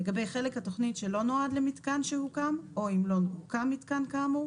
לגבי חלק התוכנית שלא נועד למיתקן שהוקם או אם לא הוקם מיתקן כאמור